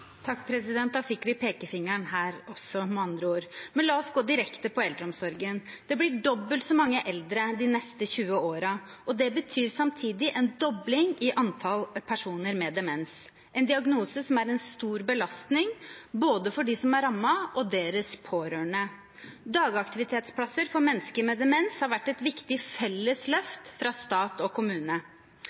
Da fikk vi pekefingeren her også, med andre ord. La oss gå direkte på eldreomsorgen. Det blir dobbelt så mange eldre de neste 20 årene. Det betyr samtidig en dobling av antall personer med demens – en diagnose som utgjør en stor belastning både for dem som er rammet, og for deres pårørende. Dagaktivitetsplasser for mennesker med demens har vært et viktig felles løft for stat og kommune.